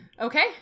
Okay